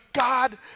God